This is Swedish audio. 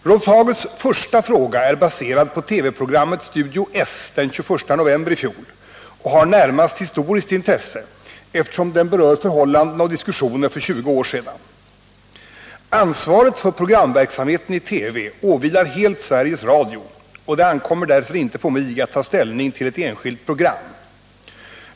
Rolf Hagels första fråga är baserad på TV-programmet Studio S den 21 november i fjol och har närmast historiskt intresse, eftersom den berör förhållanden och diskussioner för ca 20 år sedan. Ansvaret för programverksamheten i TV åvilar helt Sveriges Radio, och det ankommer därför inte på mig att ta ställning till ett enskilt program.